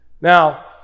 Now